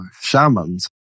shamans